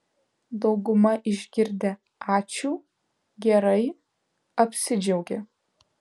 dauguma išgirdę ačiū gerai apsidžiaugia